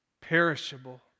Perishable